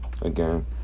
Again